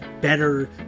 better